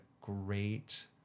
great